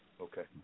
Okay